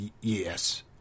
Yes